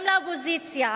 גם לאופוזיציה,